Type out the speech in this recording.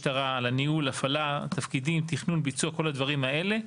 ויש אתר אינטרנט פנימי לארגון וכל מיני דרכים לפרסם בארגון.